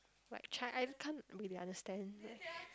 like Chi~ I can't really understand